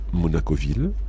Monacoville